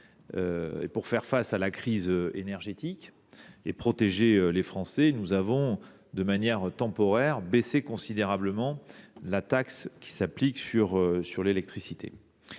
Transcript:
pour faire face à la crise énergétique et protéger les Français, nous avons de manière temporaire baissé considérablement la taxe qui s’applique sur l’électricité.